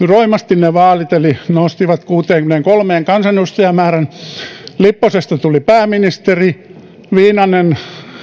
roimasti ne vaalit eli nostivat kansanedustajamääränsä kuuteenkymmeneenkolmeen lipposesta tuli pääministeri viinanen